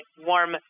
warm